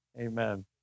Amen